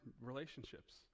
relationships